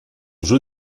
jeu